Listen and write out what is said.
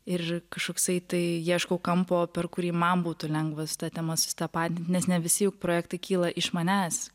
ir kažkoksai tai ieškau kampo per kurį man būtų lengva su ta tema susitapatint nes ne visi juk projektai kyla iš manęs